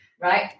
right